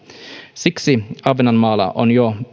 siksi ahvenanmaalla on jo